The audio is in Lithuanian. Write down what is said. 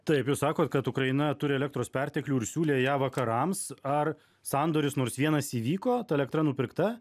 taip jūs sakot kad ukraina turi elektros perteklių ir siūlė ją vakarams ar sandoris nors vienas įvyko ta elektra nupirkta